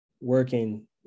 working